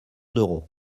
d’euros